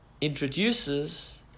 introduces